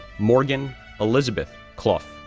morgan elizabeth clough,